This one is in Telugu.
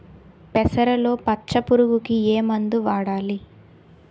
పెసరలో పచ్చ పురుగుకి ఏ మందు వాడాలి?